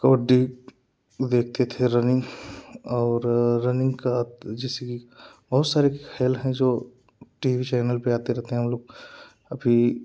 कबड्डी देखते थे रनिंग और रनिंग का जैसे कि बहुत सारे खेल है जो टी वी चैनल पर आते रहते है हम लोग अभी